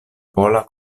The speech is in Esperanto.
pola